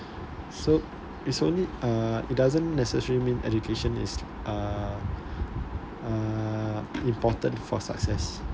so it's only uh it doesn't necessary mean education is uh uh important for success